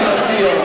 אני מציע,